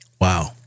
Wow